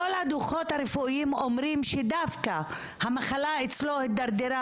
כל הדו"חות הרפואיים אומרים שהמחלה הידרדרה אצלו